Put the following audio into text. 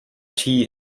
tea